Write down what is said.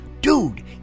Dude